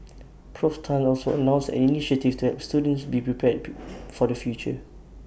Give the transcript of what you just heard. Prof Tan also announced an initiative to help students be prepared for the future